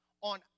on